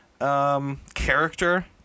character